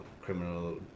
criminal